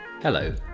Hello